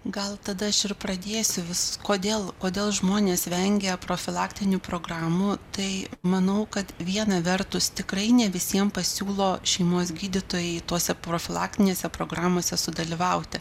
gal tada aš ir pradėsiu vis kodėl kodėl žmonės vengia profilaktinių programų tai manau kad viena vertus tikrai ne visiem pasiūlo šeimos gydytojai tuose profilaktinėse programose sudalyvauti